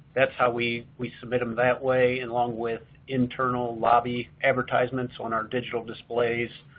that's how we we submit them that way, and along with internal lobby advertisements on our digital displays.